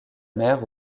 mère